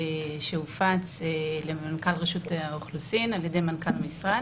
שהופץ למנכ"ל רשות האוכלוסין על-ידי מנכ"ל המשרד